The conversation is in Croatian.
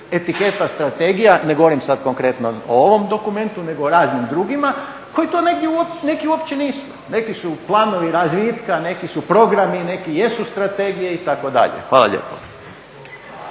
etiketa strategija, ne govorim sada konkretno o ovom dokumentu nego o raznim drugima koji to neki uopće nisu. Neki su planovi razvitka, neki su programi, neki jesu strategije itd.. Hvala lijepo.